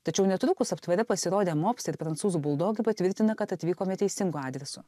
tačiau netrukus aptvare pasirodę mopsai ir prancūzų buldogai patvirtina kad atvykome teisingu adresu